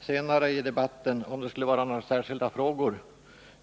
senare i debatten om det skulle komma upp några speciella frågor.